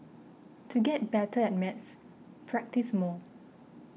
to get better at maths practise more